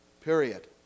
Period